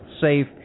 safe